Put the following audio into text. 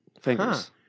fingers